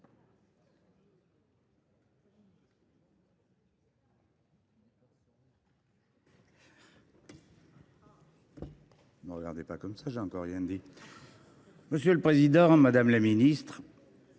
Monsieur le président, madame la ministre,